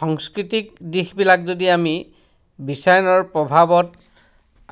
সংস্কৃতিক দিশবিলাক যদি আমি বিশ্বায়নৰ প্ৰভাৱত